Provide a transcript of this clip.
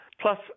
plus